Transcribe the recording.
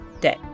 day